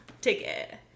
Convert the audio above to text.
ticket